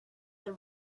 the